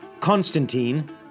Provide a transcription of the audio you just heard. Constantine